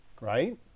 right